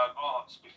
arts